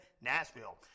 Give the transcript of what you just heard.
Nashville